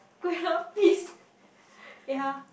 kuih-lapis yeah